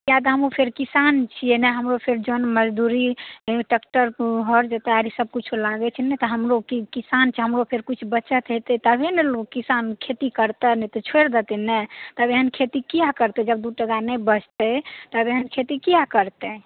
किआ तऽ हमहुँ फेर किसान छिअइ ने हमरो फेर जन मजदूरी टैक्टर हर जोताइ सब किछु लागैत छै ने तऽ हमरो किसान छिअइ तऽ हमरो किछु बचत हेतै तबे ने लोग किसान खेती करतै नहि तऽ छोड़ि देतै ने तब आब एहन खेती किआ करतै जब दू टका नहि बचतै तऽ एहन खेती किआ करतै